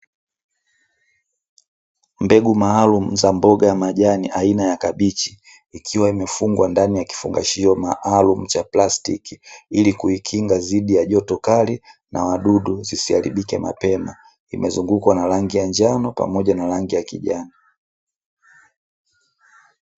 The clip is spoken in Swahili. Mbegu maalum za mboga ya majani aina ya kabichi ikiwa imefungwa ndani ya kifungashio maalumu cha plastiki ili kuikinga dhidi ya joto kali na wadudu zisiharibike mapema imezungukwa na rangi ya njano pamoja na rangi ya kijani.